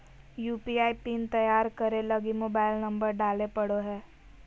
UPI PIN तैयार करे लगी मोबाइल नंबर डाले पड़ो हय